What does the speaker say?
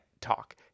talk